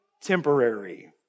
temporary